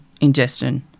ingestion